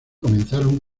comenzaron